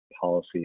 policy